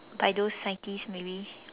by those scientist maybe